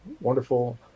wonderful